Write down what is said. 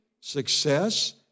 success